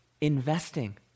investing